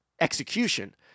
execution